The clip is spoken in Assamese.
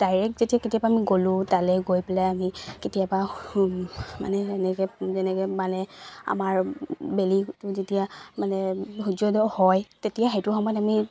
ডাইৰেক্ট যেতিয়া কেতিয়াবা আমি গ'লো তালৈ গৈ পেলাই আমি কেতিয়াবা মানে এনেকৈ যেনেকৈ মানে আমাৰ বেলিটো যেতিয়া মানে সূৰ্যদয় হয় তেতিয়া সেইটো সময়ত আমি